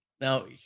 now